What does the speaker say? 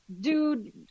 dude